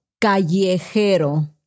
callejero